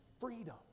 freedom